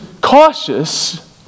cautious